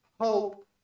hope